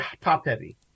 top-heavy